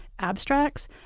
abstracts